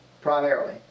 primarily